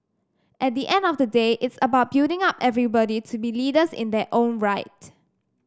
at the end of the day it's about building up everybody to be leaders in their own right